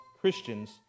Christians